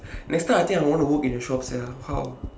next time I think I want to work in a shop sia how